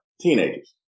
teenagers